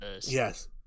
Yes